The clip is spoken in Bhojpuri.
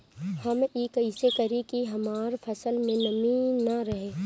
हम ई कइसे करी की हमार फसल में नमी ना रहे?